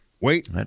Wait